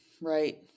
right